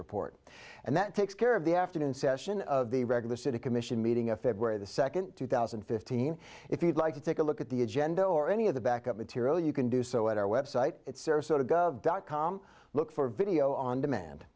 report and that takes care of the afternoon session of the regular city commission meeting a february the second two thousand and fifteen if you'd like to take a look at the agenda or any of the backup material you can do so at our website at sarasota dot com look for video on demand